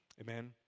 Amen